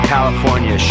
California